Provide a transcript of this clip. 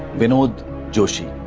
vinod joshi.